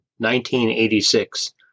1986